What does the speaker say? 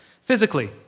Physically